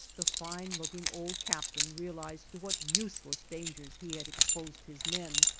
the fine-looking old captain realized to what useless dangers he had exposed his men,